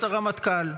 הרמטכ"ל.